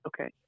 okay